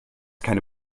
keine